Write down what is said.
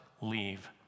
leave